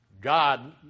God